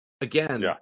again